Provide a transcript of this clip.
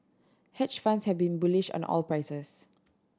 hedge funds have been bullish on the oil prices